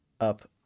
up